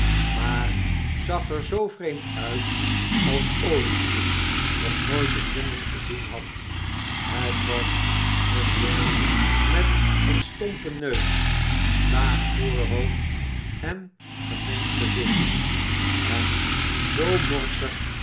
maar zag er zoo vreemd uit als olivier nog nooit een jongen gezien had het was een jongen met een stompen neus laag voorhoofd en gemeen gezicht en zoo morsig